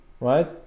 right